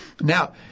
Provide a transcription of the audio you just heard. Now